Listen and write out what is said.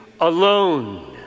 alone